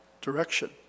direction